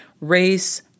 race